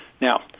Now